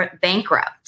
bankrupt